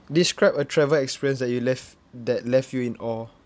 describe a travel experience that you left that left you in awe